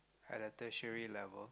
at a tertiary level